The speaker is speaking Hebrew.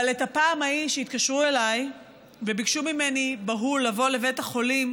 אבל את הפעם ההיא שהתקשרו אליי וביקשו ממני בהול לבוא לבית החולים,